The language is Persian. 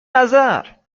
نظر